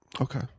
Okay